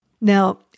Now